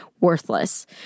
worthless